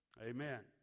Amen